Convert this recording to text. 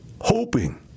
hoping